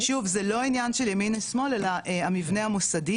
שוב זה לא עניין של ימין או שמאל אלא המבנה המוסדי,